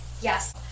Yes